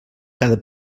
cada